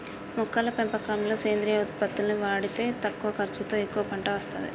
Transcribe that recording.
మొక్కల పెంపకంలో సేంద్రియ ఉత్పత్తుల్ని వాడితే తక్కువ ఖర్చుతో ఎక్కువ పంట అస్తది